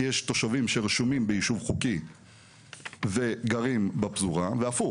כי יש תושבים שרשומים ביישוב חוקי וגרים בפזורה והפוך